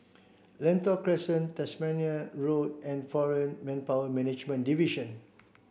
Lentor Crescent Tasmania Road and Foreign Manpower Management Division